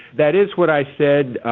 that is what i said.